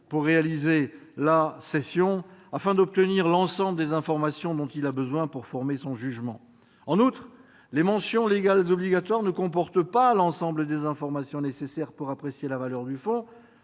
-pour réaliser la cession, afin d'obtenir l'ensemble des informations dont il a besoin pour former son jugement. En outre, les mentions légales obligatoires ne comportent pas l'ensemble des informations nécessaires pour apprécier la valeur du fonds.